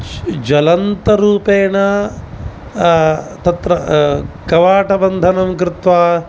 ज ज्वलन्तरूपेण तत्र कवाटबन्धनं कृत्वा